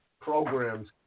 programs